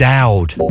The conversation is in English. Dowd